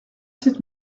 sept